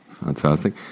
Fantastic